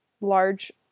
large